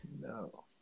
No